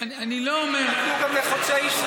אני לא אומר, נתנו גם לחוצה ישראל.